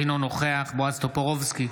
אינו נוכח בועז טופורובסקי,